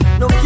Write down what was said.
no